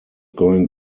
going